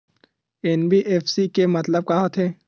NBFC के मतलब का होथे?